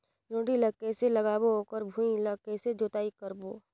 जोणी ला कइसे लगाबो ओकर भुईं ला कइसे जोताई करबो?